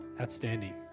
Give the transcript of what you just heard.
outstanding